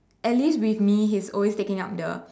at least with me he's always taking up the